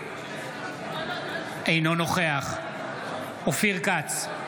אינו נוכח אופיר כץ,